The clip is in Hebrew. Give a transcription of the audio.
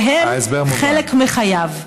והם חלק מחייו.